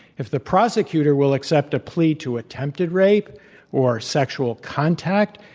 if the prosecutor will accept a plea to attempted rape or sexual contact,